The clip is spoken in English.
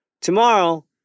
Tomorrow